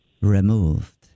removed